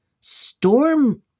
Storm